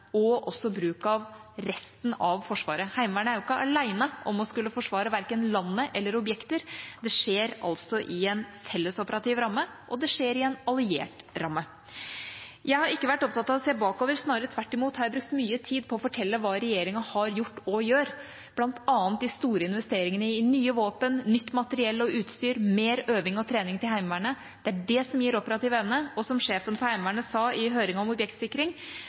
og bruk av resten av Forsvaret. Heimevernet er jo ikke alene om å skulle forsvare verken landet eller objekter. Det skjer altså i en fellesoperativ ramme, og det skjer i en alliert ramme. Jeg har ikke vært opptatt av å se bakover. Snarere tvert imot har jeg brukt mye tid på å fortelle hva regjeringa har gjort, og gjør, bl.a. de store investeringene i nye våpen, nytt materiell og utstyr, mer øving og trening til Heimevernet. Det er det som gir operativ evne. Og som sjefen for Heimevernet sa i høringen om objektsikring: